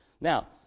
Now